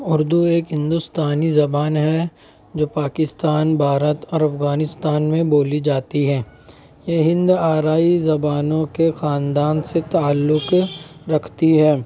اردو ایک ہندوستانی زبان ہے جو پاکستان بھارت اور افغانستان میں بولی جاتی ہے یہ ہند آرائی زبانوں کے خاندان سے تعلق رکھتی ہے